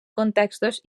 contextos